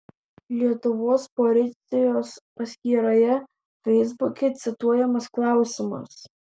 lietuvos policijos paskyroje feisbuke cituojamas klausimas